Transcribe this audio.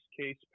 case